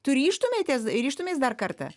tu ryžtumėtės ryžtumeis dar kartą